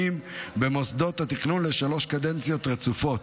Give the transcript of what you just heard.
במוסדות התכנון לשלוש קדנציות רצופות,